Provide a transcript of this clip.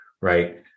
right